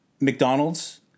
McDonald's